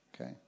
Okay